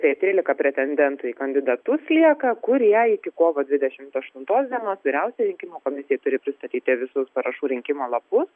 tai trylika pretendentų į kandidatus lieka kurie iki kovo dvidešimt aštuntos dienos vyriausiajai rinkimų komisijai turi pristatyti visus parašų rinkimo lapus